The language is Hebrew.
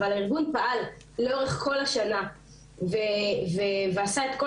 אבל הארגון פעל לאורך כל השנה ועשה את כל